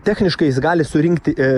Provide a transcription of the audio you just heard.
techniškai jis gali surinkti